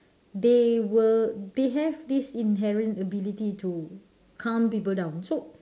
they will they have this inherent ability to calm people down so